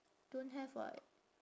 don't have [what]